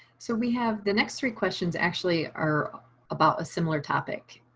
so we have the next three questions actually are about a similar topic.